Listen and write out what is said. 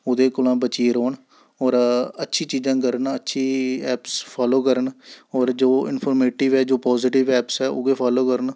ओह्दे कोला बचियै रौह्न होर अच्छी चीजां करन अच्छी ऐप्स फालो करन होर जो इंफर्मेटिव ऐ जो पाजटिव ऐप्स ऐ उ'ऐ फालो करन